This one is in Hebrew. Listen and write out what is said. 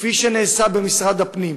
כפי שנעשה במשרד הפנים,